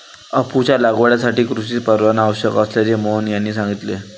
अफूच्या लागवडीसाठी कृषी परवाना आवश्यक असल्याचे मोहन यांनी सांगितले